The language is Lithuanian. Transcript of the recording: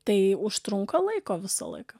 tai užtrunka laiko visą laiką